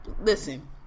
listen